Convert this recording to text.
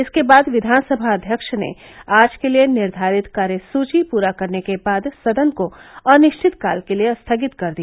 इसके बाद कियानसभा अध्यक्ष ने आज के लिये निर्धारित कार्यसूची पूरा करने के बाद सदन को अनिश्चितकाल के लिये स्थगित कर दिया